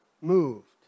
Moved